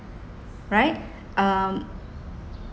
right um